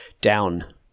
down